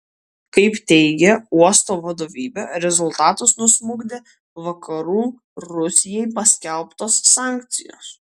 kaip teigia uosto vadovybė rezultatus nusmukdė vakarų rusijai paskelbtos sankcijos